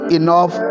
enough